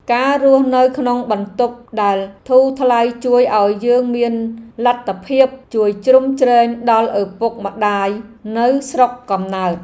ការរស់នៅក្នុងបន្ទប់ដែលធូរថ្លៃជួយឱ្យយើងមានលទ្ធភាពជួយជ្រោមជ្រែងដល់ឪពុកម្ដាយនៅស្រុកកំណើត។